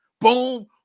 Boom